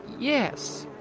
yes,